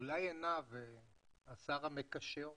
אולי השר המקשר.